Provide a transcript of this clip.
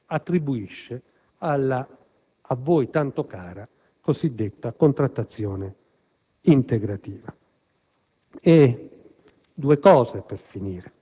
che la Corte dei conti attribuisce alla a voi tanto cara contrattazione integrativa.